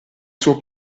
suo